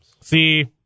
See